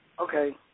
okay